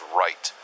right